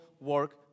work